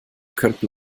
könnten